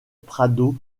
prado